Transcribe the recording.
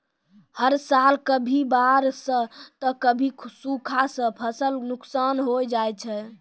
हर साल कभी बाढ़ सॅ त कभी सूखा सॅ फसल नुकसान होय जाय छै